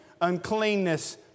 uncleanness